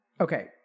Okay